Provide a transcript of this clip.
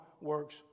works